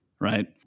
right